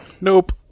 Nope